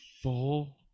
Full